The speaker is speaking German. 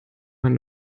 man